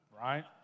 right